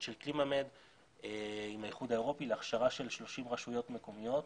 של קלימה-מד עם האיחוד האירופי להכשרה של 30 רשויות מקומיות,